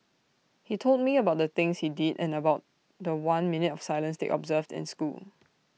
he told me about the things he did and about The One minute of silence they observed in school